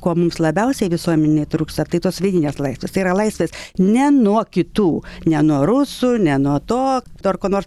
ko mums labiausiai visuomenėj trūksta tai tos vidinės laisvės tai yra laisvės ne nuo kitų ne nuo rusų ne nuo to dar ko nor